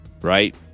Right